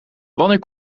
wanneer